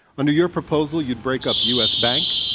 under your proposal, you'd break up u. s. bank,